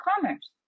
commerce